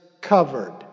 covered